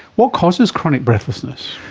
what causes chronic breathlessness?